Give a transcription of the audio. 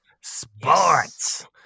Sports